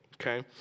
Okay